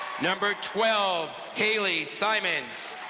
number twelve, halle simons.